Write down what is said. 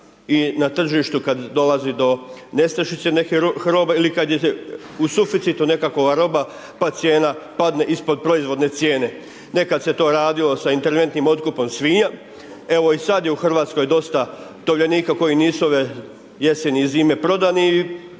i na tržištu kada dolazi do nestašica nekih roba ili kada je u suficitu nekakva roba, pa cijena padne ispod proizvodne cijene. Nekada se to radilo sa interventnim otkupom svinja, evo i sada je u Hrvatskoj dosta …/Govornik se ne razumije./… nisu ove jeseni i zime prodani